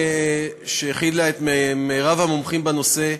שהיו בה מיטב המומחים בנושא,